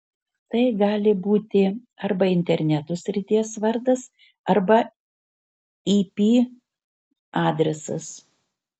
tai gali būti arba interneto srities vardas arba ip adresas